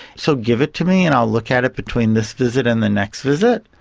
so give it to me and i'll look at it between this visit and the next visit.